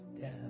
death